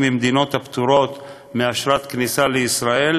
ממדינות הפטורות מאשרת כניסה לישראל,